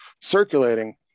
circulating